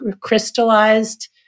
crystallized